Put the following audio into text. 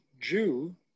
Jew